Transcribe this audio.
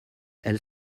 elle